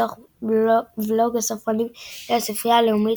מתוך בלוג "הספרנים" של הספרייה הלאומית.